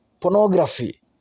Pornography